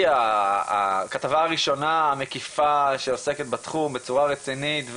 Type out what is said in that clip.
הכתבה הראשונה המקיפה שעוסקת בתחום בצורה רצינית,